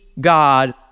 God